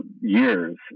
years